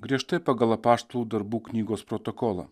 griežtai pagal apaštalų darbų knygos protokolą